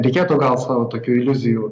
reikėtų gal savo tokių iliuzijų